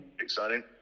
exciting